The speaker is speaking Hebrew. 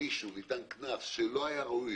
למישהו ניתן קנס שלא היה ראוי,